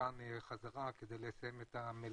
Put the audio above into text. לכאן כדי לסיים את המלאכה.